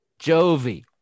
Jovi